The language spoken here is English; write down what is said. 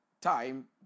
time